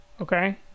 okay